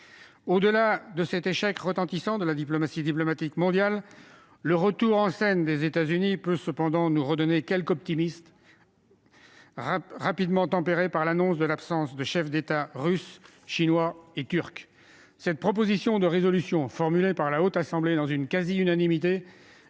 Au-delà de cet échec retentissant de la diplomatie climatique mondiale, le retour en scène des États-Unis peut cependant nous redonner quelque optimisme, rapidement tempéré par l'annonce de l'absence des chefs d'État russe, chinois et turc à la COP26. Cette proposition de résolution formulée par la Haute Assemblée dans une quasi-unanimité